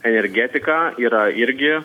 energetika yra irgi